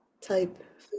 type